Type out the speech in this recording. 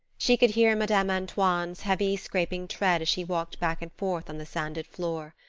she could hear madame antoine's heavy, scraping tread as she walked back and forth on the sanded floor.